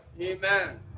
Amen